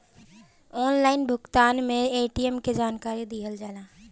Online भुगतान में ATM के जानकारी दिहल जाला?